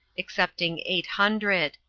excepting eight hundred.